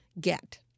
get